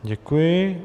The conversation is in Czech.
Děkuji.